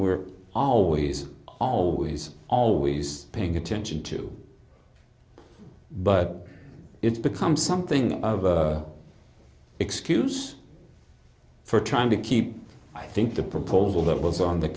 we're always always always paying attention to but it's become something of a excuse for trying to keep i think the proposal that was on the